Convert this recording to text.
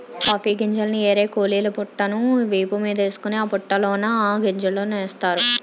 coffee గింజల్ని ఏరే కూలీలు బుట్టను వీపు మీదేసుకొని ఆ బుట్టలోన ఆ గింజలనేస్తారు